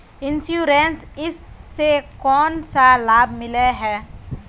Insurance इस से कोन सा लाभ मिले है?